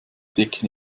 decke